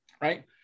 right